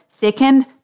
second